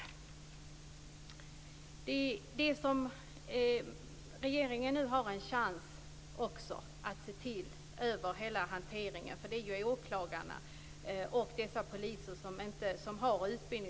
Justitieministern säger i svaret att det är rättsinstanserna som har ansvaret, men de har ju inte tagit det. Då måste någonting annat komma i stället.